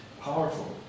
powerful